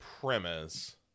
premise